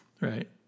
Right